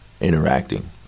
interacting